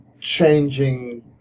changing